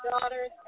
daughters